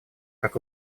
как